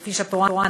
כפי שאת רואה,